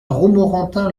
romorantin